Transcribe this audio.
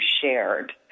shared